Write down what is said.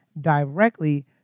directly